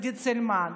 עידית סילמן,